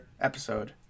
episode